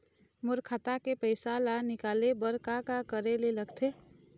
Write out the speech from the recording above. मोर खाता के पैसा ला निकाले बर का का करे ले लगथे?